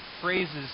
phrases